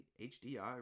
HDI